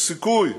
יש סיכוי.